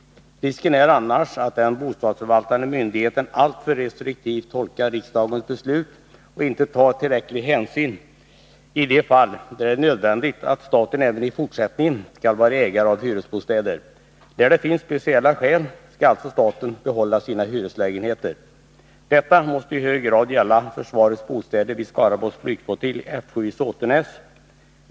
Risken är annars att den bostadsförvaltande myndigheten alltför restriktivt tolkar riksdagens beslut och inte tar tillräcklig hänsyn i de fall där det är nödvändigt att staten även i fortsättningen äger hyresbostäder. Där det finns speciella skäl skall alltså staten behålla sina hyreslägenheter. Detta måste i hög grad gälla försvarets bostäder vid Skaraborgs flygflottilj, F7i Såtenäs.